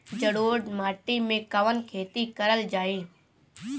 जलोढ़ माटी में कवन खेती करल जाई?